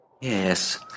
Yes